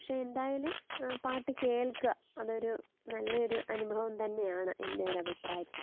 പക്ഷേ എന്തായാലും പാട്ട് കേൾക്കുക അത് ഒരു നല്ല ഒരു അനുഭവം തന്നെയാണ് എൻ്റെ ഒരു അഭിപ്രായത്തിൽ